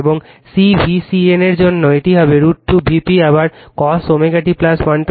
এবং c VCN এর জন্য এটি হবে √ 2 Vp আবার cos ω t 120o